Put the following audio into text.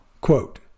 quote